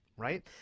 right